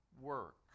work